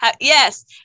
Yes